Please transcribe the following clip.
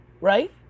Right